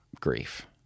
grief